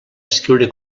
escriure